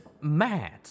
mad